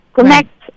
connect